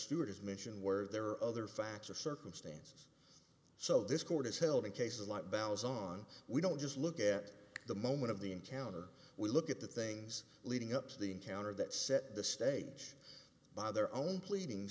stewart is mission where there are other facts or circumstances so this court is held in cases like bells on we don't just look at the moment of the encounter we look at the things leading up to the encounter that set the stage by their own pleading